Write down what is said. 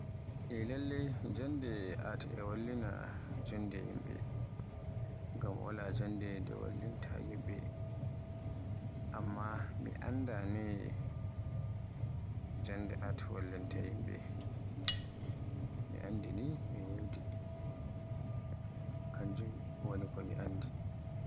Eh, lalle jannde art e wallina yimɓe. Ngam wala jannde nde wallinta yimɓe. Amma mi annda note jannde art wallinta yimɓe. Mi anndi ni e wodi. Kanjum woni ko mi anndi.